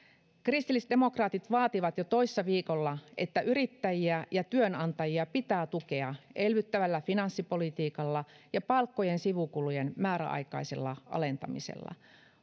kristillisdemokraatit vaativat jo toissa viikolla että yrittäjiä ja työnantajia pitää tukea elvyttävällä finanssipolitiikalla ja palkkojen sivukulujen määräaikaisella alentamisella